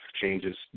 changes